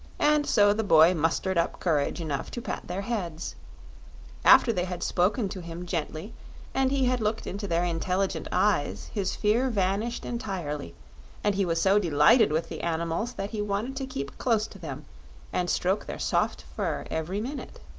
and so the boy mustered up courage enough to pat their heads after they had spoken to him gently and he had looked into their intelligent eyes his fear vanished entirely and he was so delighted with the animals that he wanted to keep close to them and stroke their soft fur every minute.